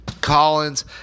Collins